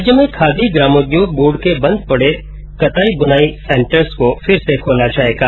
राज्य में खादी ग्रामोद्योग बोर्ड के बन्द पड़े हुए कताई बुनाई के सेंटर्स को फिर से खोला जाएगा